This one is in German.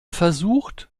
versucht